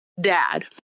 dad